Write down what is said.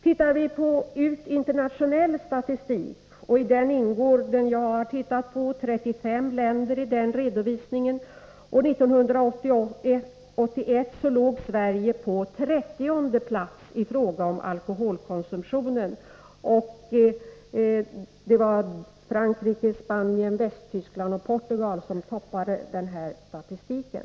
Tittar vi ut i världen på internationell statistik — i den redovisning jag har tittat på ingår 35 länder — ser vi att år 1981 låg Sverige på 30:e plats i fråga om alkoholkonsumtion. Det var Frankrike, Spanien, Västtyskland och Portugal som toppade denna statistik.